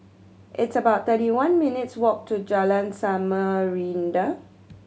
it's about thirty one minutes' walk to Jalan Samarinda